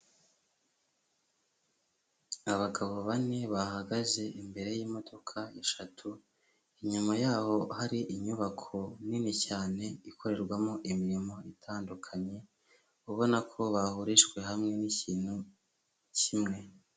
Abagabo bane bahagaze imbere y'imodoka eshatu, inyuma yaho hari inyubako nini cyane, ikorerwamo imirimo itandukanye, ubona ko bahurijwe hamwe nikintu kimwe.